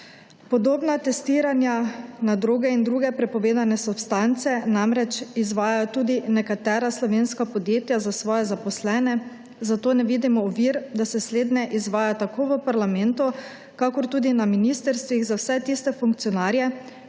Podobna testiranja na droge in druge prepovedane substance namreč izvajajo tudi nekatera slovenska podjetja za svoje zaposlene, zato ne vidimo ovir, da se slednje izvaja tako v parlamentu, kakor tudi na ministrstvih za vse tiste funkcionarje,